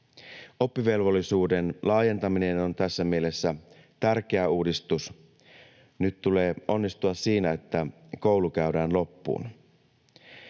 Oppivelvollisuuden laajentaminen on tässä mielessä tärkeä uudistus. Nyt tulee onnistua siinä, että koulu käydään loppuun.